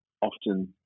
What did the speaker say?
often